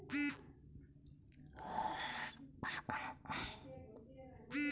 মাসিক পাঁচশো টাকা দিয়ে কোনো লাইফ ইন্সুরেন্স হবে কি?